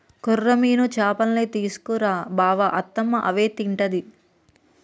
కొర్రమీను చేపల్నే తీసుకు రా బావ అత్తమ్మ అవే తింటది